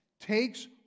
takes